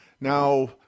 Now